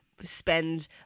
spend